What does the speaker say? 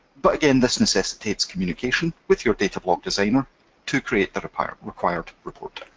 but again, this necessitates communication with your datablock designer to create the required required report.